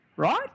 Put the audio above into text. right